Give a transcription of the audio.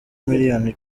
miliyoni